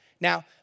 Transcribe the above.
Now